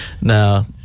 no